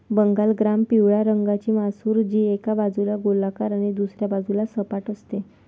Bengal gram पिवळ्या रंगाची मसूर, जी एका बाजूला गोलाकार आणि दुसऱ्या बाजूला सपाट असते